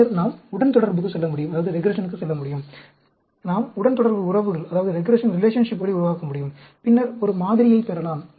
பின்னர் நாம் உடன்தொடர்புக்கு செல்லமுடியும் நாம் உடன்தொடர்பு உறவுகளை உருவாக்க முடியும் பின்னர் ஒரு மாதிரியைப் பெறலாம்